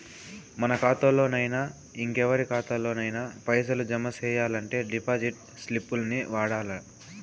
మన కాతాల్లోనయినా, ఇంకెవరి కాతాల్లోనయినా పైసలు జమ సెయ్యాలంటే డిపాజిట్ స్లిప్పుల్ని వాడల్ల